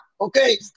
okay